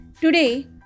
Today